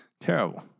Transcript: Terrible